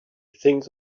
things